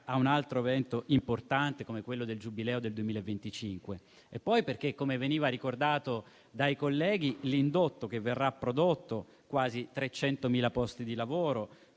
a un altro evento importante come quello del Giubileo del 2025 e poi perché - come ricordato dai colleghi -l'indotto che verrà prodotto, con quasi 300.000 posti di lavoro,